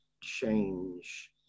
change